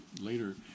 later